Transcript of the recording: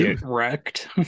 wrecked